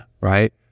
Right